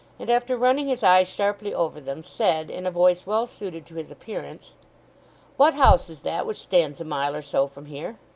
and after running his eye sharply over them, said in a voice well suited to his appearance what house is that which stands a mile or so from here